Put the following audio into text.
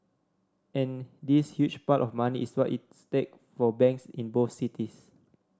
and this huge pile of money is what is stake for banks in both cities